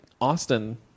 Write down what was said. Austin